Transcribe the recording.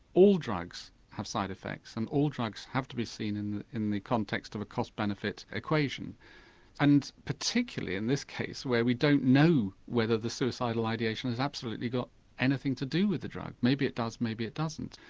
all drugs have side effects and all drugs have to be seen in in the context of a cost benefit equation and particularly in this case where we don't know whether the suicidal ideation has absolutely got anything to so with the drug maybe it does, maybe it doesn't.